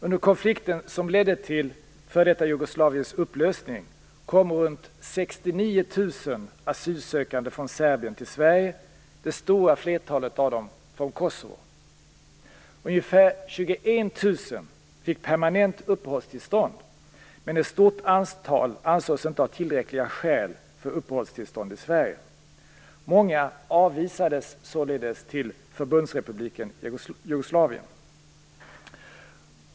Under konflikten, som ledde till f.d. Jugoslaviens upplösning, kom runt 69 000 asylsökande från Serbien till Sverige, det stora flertalet av dem från Kosovo. Ungefär 21 000 fick permanent uppehållstillstånd, men ett stort antal ansågs inte ha tillräckliga skäl för uppehållstillstånd i Sverige. Många avvisades således till Förbundsrepubliken Jugoslavien.